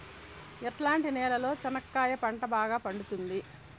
ఎట్లాంటి నేలలో చెనక్కాయ పంట బాగా పండుతుంది?